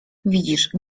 widzisz